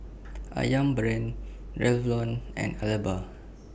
Ayam Brand Revlon and